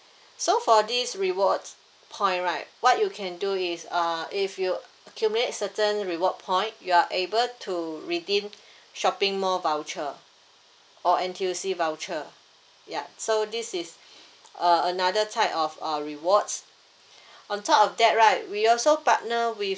so for this rewards point right what you can do is uh if you accumulate certain reward point you are able to redeem shopping mall voucher or N_T_U_C voucher ya so this is uh another type of uh rewards on top of that right we also partner with